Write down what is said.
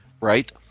right